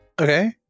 okay